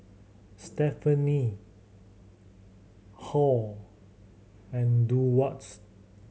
Stephani Halle and Durward